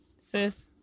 Sis